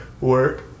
Work